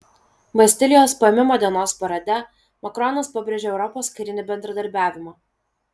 bastilijos paėmimo dienos parade macronas pabrėžė europos karinį bendradarbiavimą